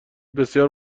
بسیار